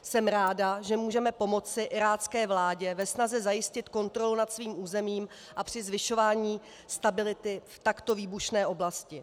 Jsem ráda, že můžeme pomoci irácké vládě ve snaze zajistit kontrolu nad svým územím a při zvyšování stability v takto výbušné oblasti.